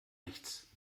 nichts